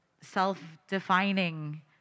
self-defining